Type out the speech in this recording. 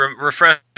Refresh